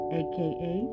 aka